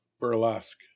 burlesque